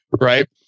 Right